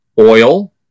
oil